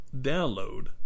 download